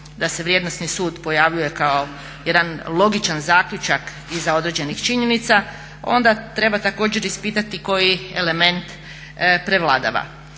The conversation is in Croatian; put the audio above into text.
da se vrijednosni sud pojavljuje kao jedan logičan zaključak iza određenih činjenica onda treba također ispitati koji element prevladava.